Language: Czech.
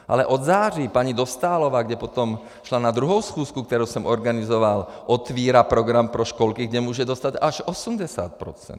Ale od září paní Dostálová, kde potom šla na druhou schůzku, kterou jsem organizoval, otvírá program pro školky, kde může dostat až 80 procent.